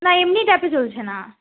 না এমনি ট্যাপও চলছে না